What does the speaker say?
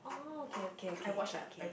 oh okay okay okay okay okay